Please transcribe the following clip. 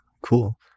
cool